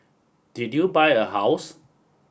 did you buy a house